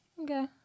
Okay